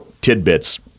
tidbits